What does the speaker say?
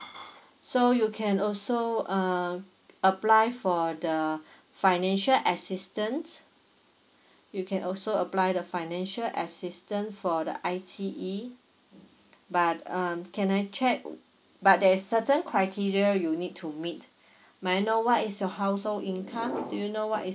so you can also uh apply for the financial assistance you can also apply the financial assistant for the I_T_E but um can I check but there's certain criteria you need to meet may I know what is your household income do you know what is